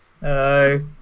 Hello